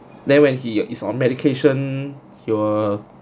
then when he is on medication he will